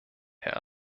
herr